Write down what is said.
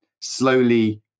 slowly